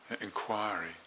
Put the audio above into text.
inquiry